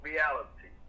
Reality